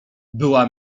była